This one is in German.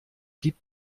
gibt